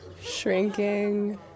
shrinking